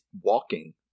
walking